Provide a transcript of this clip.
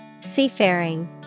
Seafaring